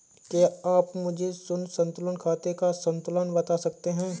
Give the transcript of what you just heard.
क्या आप मुझे मेरे शून्य संतुलन खाते का संतुलन बता सकते हैं?